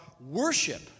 worship